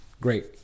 great